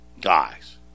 guys